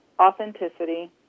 authenticity